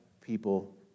people